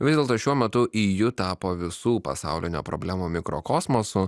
vis dėlto šiuo metu iju tapo visų pasaulinių problemų mikrokosmosu